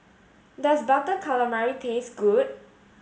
does butter calamari taste good